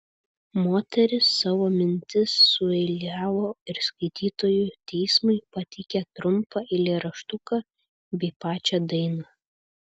moteris savo mintis sueiliavo ir skaitytojų teismui pateikė trumpą eilėraštuką bei pačią dainą